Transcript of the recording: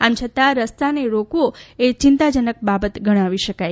આમ છતાં રસ્તાને રોકવો એ ચિંતાજનક બાબત ગણાવી શકાય